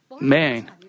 man